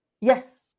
Yes